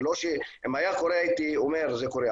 אם זה היה קורה הייתי אומר שזה קורה,